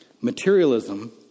Materialism